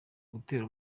gutera